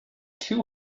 two